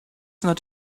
not